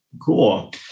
Cool